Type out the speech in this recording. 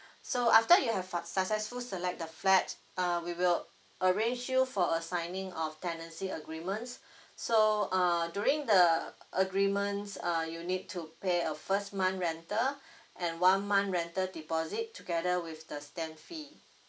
so after you have suc~ successful select the flat uh we will arrange you for a signing of tenancy agreements so uh during the agreements uh you need to pay a first month rental and one month rental deposit together with the stamp fee